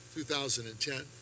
2010